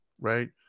right